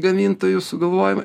gamintojų sugalvojimai